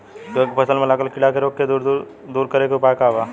गेहूँ के फसल में लागल कीड़ा के रोग के दूर करे के उपाय का बा?